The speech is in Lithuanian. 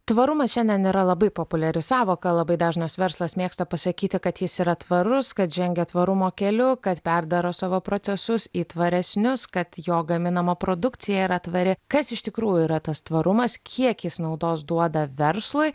tvarumas šiandien yra labai populiari sąvoka labai dažnas verslas mėgsta pasakyti kad jis yra tvarus kad žengia tvarumo keliu kad perdaro savo procesus į tvaresnius kad jo gaminama produkcija yra tvari kas iš tikrųjų yra tas tvarumas kiek jis naudos duoda verslui